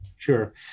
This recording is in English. Sure